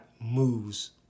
moves